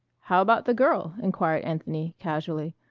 how about the girl? inquired anthony casually,